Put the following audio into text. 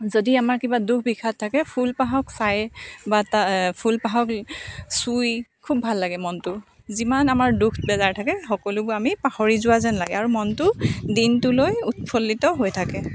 যদি আমাৰ কিবা দুখ বিষাদ থাকে ফুলপাহক চায়েই বা তা ফুলপাহক চুই খুব ভাল লাগে মনটো যিমান আমাৰ দুখ বেজাৰ থাকে সকলোবোৰ আমি পাহৰি যোৱাযেন লাগে আৰু মনটো দিনটোলৈ উৎফুল্লিত হৈ থাকে